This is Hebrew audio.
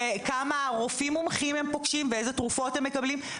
וכמה רופאים מומחים הם פוגשים ואיזה תרופות הם מקבלים.